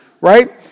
right